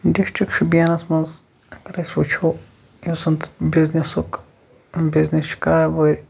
district شُپینَس منٛز اَگر أسۍ وٕچھو یُس زَن بِزنِسُک بِزنِس چھِ کران وٲلۍ